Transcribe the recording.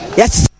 yes